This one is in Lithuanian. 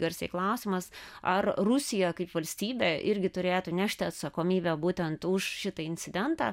garsiai klausimas ar rusija kaip valstybė irgi turėtų nešti atsakomybę būtent už šitą incidentą